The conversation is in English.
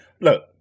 Look